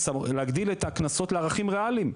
להגדיל את הקנסות לערכים ריאליים.